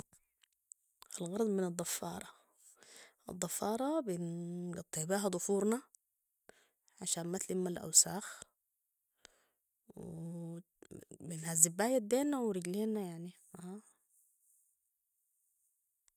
الغرض من الضفارة ، الضفاره بنقطع بيها ضفورنا عشان ما تلم الأوساخ و بنهزب بيها يدينا ورجلينا يعني